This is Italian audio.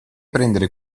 prendere